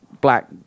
black